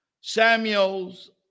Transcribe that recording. Samuel's